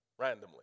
Randomly